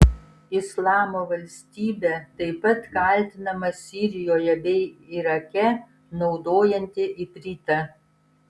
islamo valstybė taip pat kaltinama sirijoje bei irake naudojanti ipritą